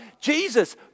Jesus